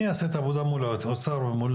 אני אעשה את העבודה מול האוצר ומול